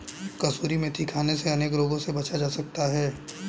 कसूरी मेथी खाने से अनेक रोगों से बचा जा सकता है